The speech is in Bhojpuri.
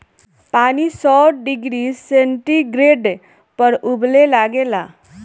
पानी सौ डिग्री सेंटीग्रेड पर उबले लागेला